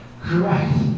correct